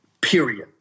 Period